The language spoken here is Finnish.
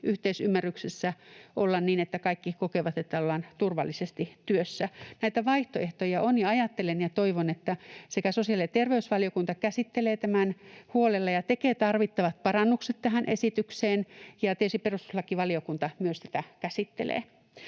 yhteisymmärryksessä olla niin, että kaikki kokevat, että ollaan turvallisesti työssä, näitä vaihtoehtoja on, ja ajattelen ja toivon, että sosiaali‑ ja terveysvaliokunta käsittelee tämän huolella ja tekee tarvittavat parannukset tähän esitykseen, ja tietysti, että myös perustuslakivaliokunta tätä käsittelee.